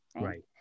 Right